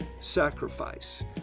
sacrifice